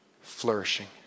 flourishing